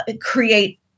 create